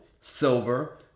silver